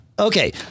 Okay